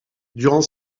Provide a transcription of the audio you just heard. durant